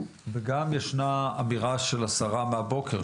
וגם ישנה אמירה של השרה מהבוקר,